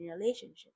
relationship